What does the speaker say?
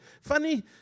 Funny